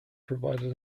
provided